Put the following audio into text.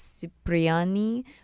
cipriani